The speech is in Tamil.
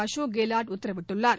அசோக் கெல்லாட் உத்தரவிட்டுள்ளார்